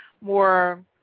more